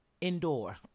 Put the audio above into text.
indoor